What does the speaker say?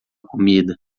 comida